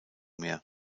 mehr